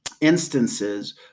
instances